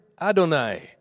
Adonai